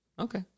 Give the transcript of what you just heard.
Okay